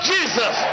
Jesus